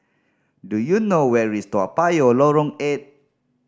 do you know where is Toa Payoh Lorong Eight